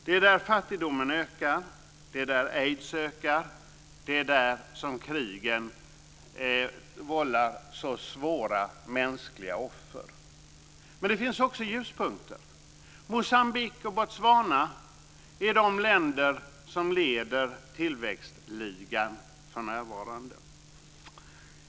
Det är där fattigdomen ökar och där aids ökar, och det är där krigen vållar så svåra mänskliga offer. Men det finns också ljuspunkter. Moçambique och Botswana är de länder som leder tillväxtligan för närvarande.